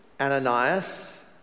Ananias